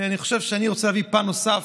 אני רוצה להביא פן נוסף